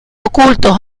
ocultos